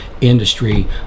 industry